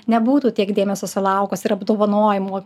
nebūtų tiek dėmesio sulaukus ir apdovanojimo